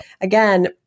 Again